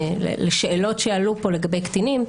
לשאלות שעלו פה לגבי קטינים,